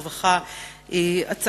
הרווחה והבריאות,